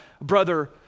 brother